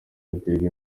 agirwa